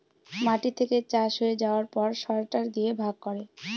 মাটি থেকে চাষ হয়ে যাবার পর সরটার দিয়ে ভাগ করে